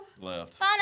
left